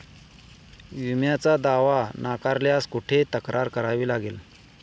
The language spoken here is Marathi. विम्याचा दावा नाकारल्यास कुठे तक्रार करावी लागेल?